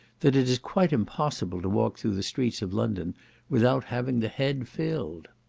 that it is quite impossible to walk through the streets of london without having the head filled.